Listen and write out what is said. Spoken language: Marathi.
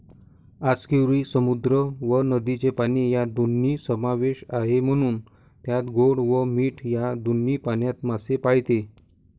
आस्कियुरी समुद्र व नदीचे पाणी या दोन्ही समावेश आहे, म्हणून त्यात गोड व मीठ या दोन्ही पाण्यात मासे पाळते